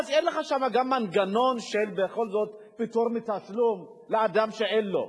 ואז אין לך שם בכל זאת מנגנון של פטור מתשלום לאדם שאין לו.